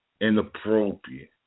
inappropriate